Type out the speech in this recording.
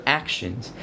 actions